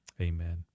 Amen